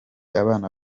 abana